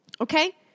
Okay